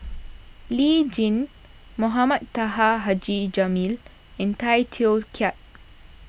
Lee Tjin Mohamed Taha Haji Jamil and Tay Teow Kiat